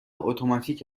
اتوماتیک